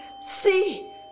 see